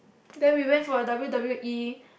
then we went for W_W_E